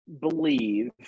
believe